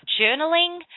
journaling